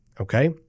Okay